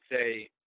say